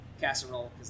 casserole